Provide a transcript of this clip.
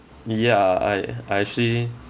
ya I I actually